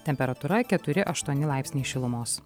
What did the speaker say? temperatūra keturi aštuoni laipsniai šilumos